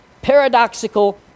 Paradoxical